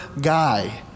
guy